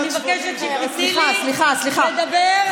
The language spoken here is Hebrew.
אני מבקשת שתיתני לי לדבר.